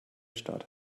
stadt